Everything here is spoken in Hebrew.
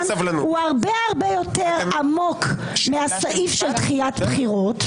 שהוא הרבה-הרבה יותר עמוק מהסעיף של דחיית בחירות,